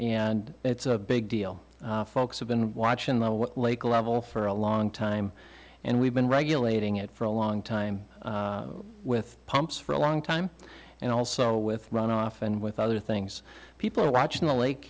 and it's a big deal folks have been watching the lake level for a long time and we've been regulating it for a long time with pumps for a long time and also with runoff and with other things people are watching the